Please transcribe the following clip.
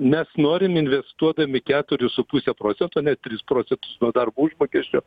mes norim investuodami keturis su puse procento ane tris procentus nuo darbo užmokesčio